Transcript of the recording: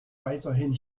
weiterhin